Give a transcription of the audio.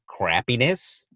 crappiness